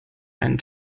einen